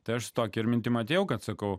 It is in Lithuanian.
tai aš su tokia ir mintim atėjau kad sakau